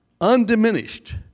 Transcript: undiminished